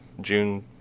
June